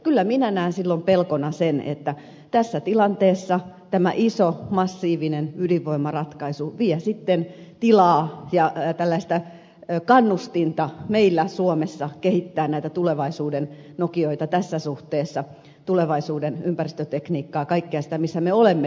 kyllä minä näen silloin pelkona sen että tässä tilanteessa tämä iso massiivinen ydinvoimaratkaisu vie sitten tilaa ja tällaista kannustinta meillä suomessa kehittää näitä tulevaisuuden nokioita tässä suhteessa tulevaisuuden ympäristötekniikkaa kaikkea sitä missä me olemme hyviä